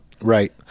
Right